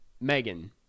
megan